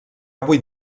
vuit